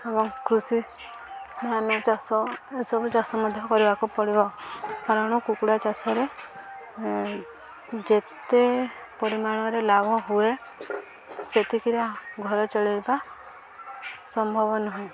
ଏବଂ କୃଷି ଧାନ ଚାଷ ଏସବୁ ଚାଷ ମଧ୍ୟ କରିବାକୁ ପଡ଼ିବ କାରଣ କୁକୁଡ଼ା ଚାଷରେ ଯେତେ ପରିମାଣରେ ଲାଭ ହୁଏ ସେତିକିରେ ଘର ଚଳେଇବା ସମ୍ଭବ ନୁହେଁ